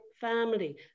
family